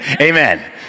Amen